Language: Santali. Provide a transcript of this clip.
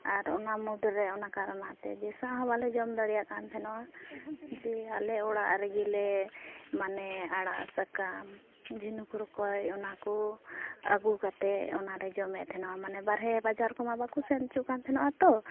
ᱟᱨ ᱚᱱᱟ ᱢᱩᱫᱽᱨᱮ ᱚᱱᱟ ᱠᱟᱨᱚᱱᱟᱛᱮ ᱵᱮᱥᱟᱜ ᱦᱚᱸ ᱵᱟᱞᱮ ᱡᱚᱢ ᱫᱟᱲᱮᱭᱟᱜ ᱠᱟᱱ ᱛᱟᱦᱮᱱᱚᱜᱼᱟ ᱡᱮ ᱟᱞᱮ ᱚᱲᱟᱜ ᱨᱮᱜᱮ ᱞᱮ ᱢᱟᱱᱮ ᱟᱲᱟᱜ ᱥᱟᱠᱟᱢ ᱡᱷᱤᱱᱩᱠ ᱨᱚᱠᱚᱡ ᱚᱱᱟᱠᱚ ᱟᱹᱜᱩ ᱠᱟᱛᱮᱫ ᱚᱱᱟᱞᱮ ᱡᱚᱢᱮᱫ ᱛᱟᱦᱮᱱᱚᱜᱼᱟ ᱢᱟᱱᱮ ᱵᱟᱨᱦᱮ ᱵᱟᱡᱟᱨᱠᱚ ᱢᱟ ᱵᱟᱠᱚ ᱥᱮᱱᱚᱪᱚᱜ ᱠᱟᱱ ᱛᱟᱦᱮᱱᱚᱜᱼᱟᱛᱚ